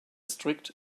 strict